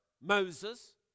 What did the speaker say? Moses